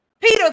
Peter